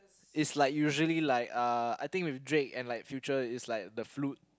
is like usually like uh I think with Drake and like Future is the flute